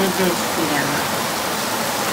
nebeskiriama